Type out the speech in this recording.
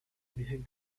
eligen